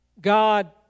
God